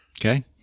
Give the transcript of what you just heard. Okay